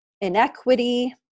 inequity